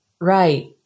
Right